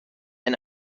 and